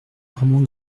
armand